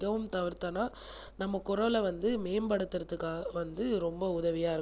மிகவும் தவிர்த்தால் நம்ம குரலை வந்து மேம்படுட்துகிறதுக்கான வந்து ரொம்ப உதவியாக இருக்கும்